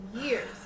years